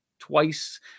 Twice